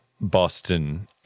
Boston